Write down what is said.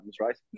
right